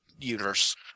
universe